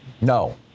No